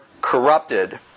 corrupted